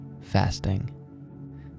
fasting